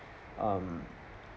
um